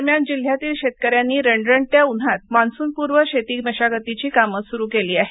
दरम्यान जिल्ह्यातील शेतकऱ्यांनी रखरखत्या उन्हात मान्सूनपूर्व शेती मशागतीची कामे सुरू केली आहेत